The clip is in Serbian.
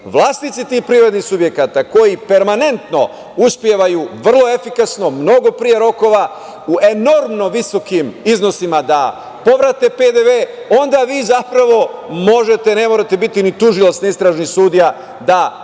vlasnici tih privrednih subjekata koji permanentno uspevaju vrlo efikasno, mnogo pre rokova, u enormno visokim iznosima da povrate PDV, onda vi zapravo možete, ne morate biti ni tužilac, ni istražni sudija, da bar